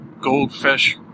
goldfish